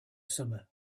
summer